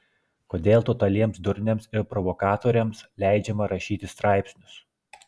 kodėl totaliems durniams ir provokatoriams leidžiama rašyti straipsnius